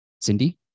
Cindy